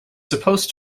supposed